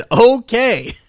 Okay